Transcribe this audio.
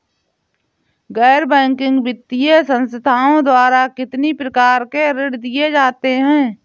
गैर बैंकिंग वित्तीय संस्थाओं द्वारा कितनी प्रकार के ऋण दिए जाते हैं?